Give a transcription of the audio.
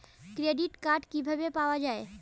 Credit card কিভাবে পাওয়া য়ায়?